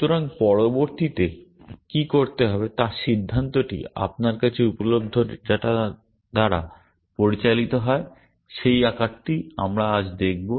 সুতরাং পরবর্তীতে কি করতে হবে তার সিদ্ধান্তটি আপনার কাছে উপলব্ধ ডেটা দ্বারা পরিচালিত হয় সেই আকারটি আমরা আজ দেখব